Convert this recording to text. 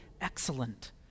excellent